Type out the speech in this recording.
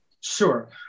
Sure